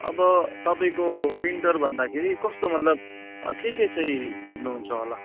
अब तपाईँको विन्टर भन्दाखेरि कस्तो मतलब के के चाहिँ हेर्नुहुन्छ होला